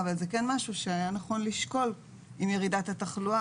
אבל זה כן משהו שהיה נכון לשקול עם ירידת התחלואה,